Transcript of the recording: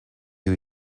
you